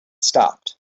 stopped